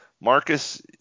Marcus –